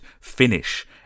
finish